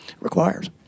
requires